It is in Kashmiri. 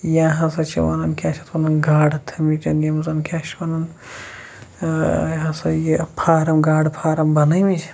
یا ہسا چھِ وَنان کیاہ چھِ یِتھ وَنان گاڑٕ تھاومٕتۍ یِم زَن یِم چھِ وَنان یہِ ہسا یہِ فارم گاڑٕ فارَم بَنٲیمٕتۍ